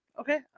okay